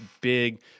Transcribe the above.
big